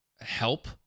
help